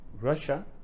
Russia